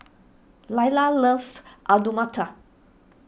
Lailah loves Alu Matar